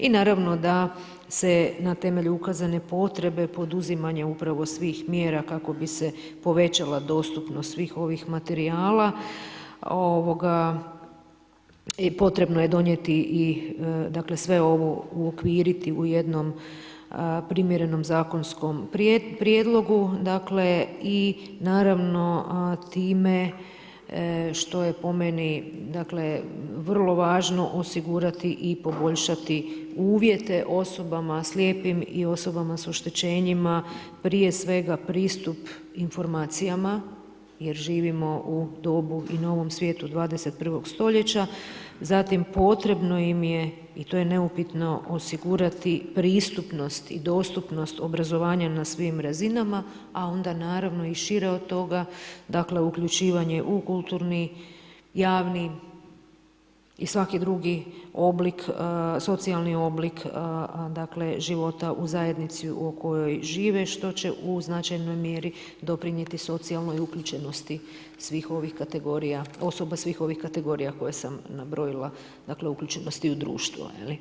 I naravno da se na temelju ukazane potrebe poduzimanja upravo svih mjera kako bi se povećala dostupnost svih ovih materijala potrebno je donijeti i sve ovo uokviriti u jednom primjerenom zakonskom prijedlogu i naravno time što je po meni vrlo važno, osigurati i poboljšati uvjete osobama slijepim i osobama s oštećenjima prije svega pristup informacijama jer živimo u dobu i novom svijetu 21. st., zatim potrebno im je i to je neupitno, osigurati pristupnost i dostupnost obrazovanja na svim razinama, a onda naravno i šire od toga, dakle uključivanje u kulturni, javni i svaki drugi oblik , socijalni oblik života u zajednici u kojoj žive što će u značajnoj mjeri doprinijeti socijalnoj uključenosti osoba svih ovih kategorija koje sam nabrojila uključenosti u društvo.